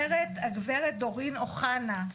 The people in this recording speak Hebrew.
אומרת הגברת דורין אוחנה,